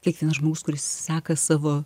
kiekvienas žmogus kuris seka savo